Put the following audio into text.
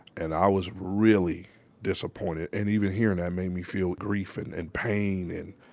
and i was really disappointed and even hearing that made me feel grief and and pain and.